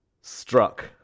Struck